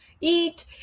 eat